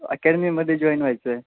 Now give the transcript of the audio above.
अकॅडमीमध्ये join व्हायचं आहे